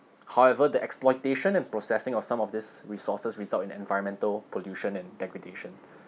however the exploitation and processing of some of these resources result in environmental pollution and degradation